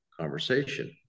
conversation